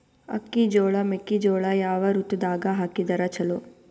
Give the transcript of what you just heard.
ಅಕ್ಕಿ, ಜೊಳ, ಮೆಕ್ಕಿಜೋಳ ಯಾವ ಋತುದಾಗ ಹಾಕಿದರ ಚಲೋ?